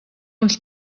uns